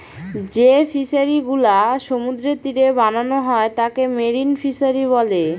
যে ফিশারিগুলা সমুদ্রের তীরে বানানো হয় তাকে মেরিন ফিশারী বলে